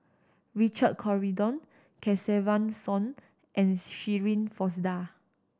Richard Corridon Kesavan Soon and Shirin Fozdar